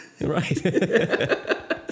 right